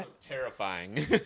terrifying